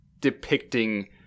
depicting